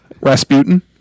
Rasputin